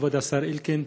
כבוד השר אלקין,